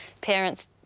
parents